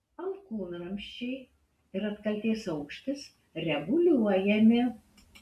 alkūnramsčiai ir atkaltės aukštis reguliuojami